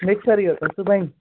مِکسَرٕے یوت سُہ بَنہِ